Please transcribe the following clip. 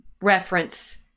reference